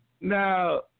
Now